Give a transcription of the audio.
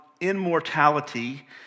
immortality